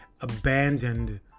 abandoned